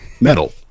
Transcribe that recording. Metal